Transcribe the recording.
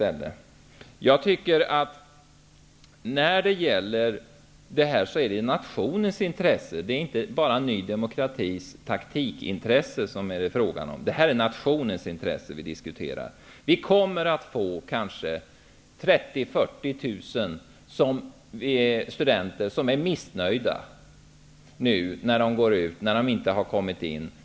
Det här gäller nationens intresse, och det är inte bara fråga om taktik från Ny demokratis sida. Det är nationens intresse som vi diskuterar. Vi kommer att få kanske 30 000--40 000 studenter som är missnöjda när de inte har kommit in på någon utbildning.